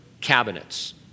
cabinets